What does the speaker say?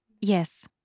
Yes